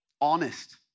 honest